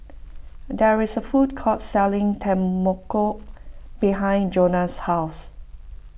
there is a food court selling Tempoyak behind Jonah's house